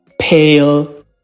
pale